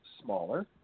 smaller